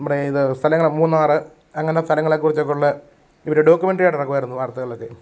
നമ്മുടെ ഇത് സ്ഥലങ്ങൾ മൂന്നാർ അങ്ങനെ സ്ഥലങ്ങളെക്കുറിച്ചൊക്കെ ഉള്ള ഇവർ ഡോക്കുമെന്റ്റി ആയിട്ട് ഇറക്കുമായിരുന്നു വാര്ത്തകളിലൊക്കെ